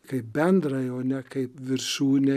kaip bendrai o ne kaip viršūnė